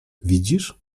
widzisz